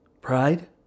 pride